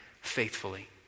faithfully